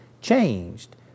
changed